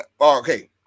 Okay